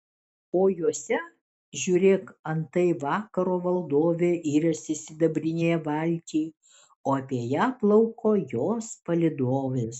o juose žiūrėk antai vakaro valdovė iriasi sidabrinėje valtyj o apie ją plauko jos palydovės